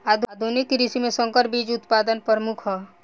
आधुनिक कृषि में संकर बीज उत्पादन प्रमुख ह